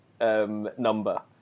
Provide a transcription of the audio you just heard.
Number